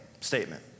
statement